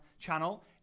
channel